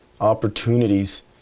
opportunities